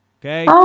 okay